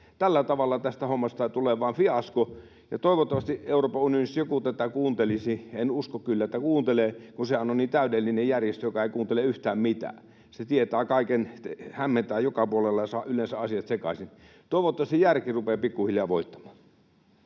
Tällä tavalla tästä hommasta tulee vain fiasko. Toivottavasti Euroopan unionissa joku tätä kuuntelisi — en usko kyllä, että kuuntelee, kun sehän on niin täydellinen järjestö, joka ei kuuntele yhtään mitään. Se tietää kaiken, hämmentää joka puolella ja saa yleensä asiat sekaisin. Toivottavasti järki rupeaa pikkuhiljaa voittamaan.